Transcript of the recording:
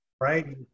right